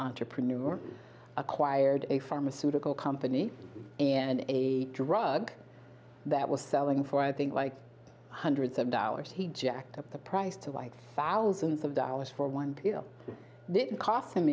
entrepreneur acquired a pharmaceutical company and a drug that was selling for i think like hundreds of dollars he jacked up the price to like thousands of dollars for one pill didn't cost him